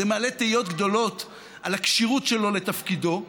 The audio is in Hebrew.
זה מעלה תהיות גדולות על הכשירות שלו לתפקידו.